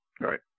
Right